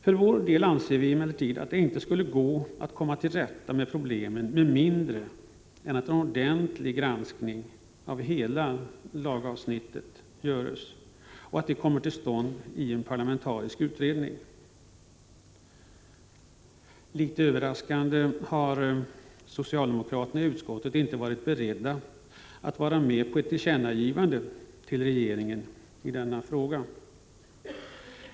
För vår del anser vi emellertid att det inte går att komma till rätta med problemen med mindre än att det görs en ordentlig granskning av hela lagavsnittet och då i en parlamentarisk utredning. Något överraskande har utskottets socialdemokrater inte varit beredda att ställa sig bakom ett tillkännagivande till regeringen.